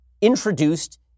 introduced